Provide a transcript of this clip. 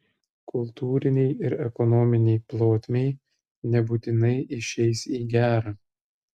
kultūrinei ir ekonominei plotmei nebūtinai išeis į gerą